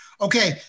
Okay